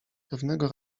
pewnego